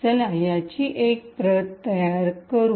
चलायाचीएकप्रततयारकरू